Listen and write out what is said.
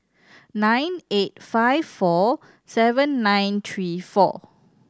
nine eight five four seven nine three four